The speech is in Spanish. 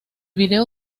video